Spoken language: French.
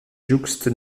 jouxte